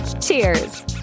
Cheers